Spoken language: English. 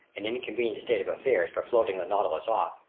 an inconvenient state of affairs for floating the nautilus off.